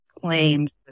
claimed